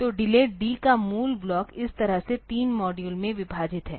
तो delay D का मूल ब्लॉक इस तरह से 3 मॉड्यूल में विभाजित है